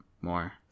more